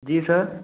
जी sir